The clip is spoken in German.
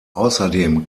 außerdem